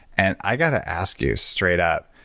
and i got to ask you straight up.